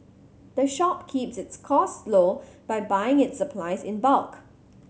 the shop keeps its costs low by buying its supplies in bulk